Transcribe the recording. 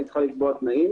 היא צריכה לקבוע תנאים